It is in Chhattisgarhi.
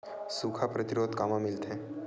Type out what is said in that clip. सुखा प्रतिरोध कामा मिलथे?